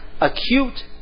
acute